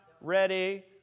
ready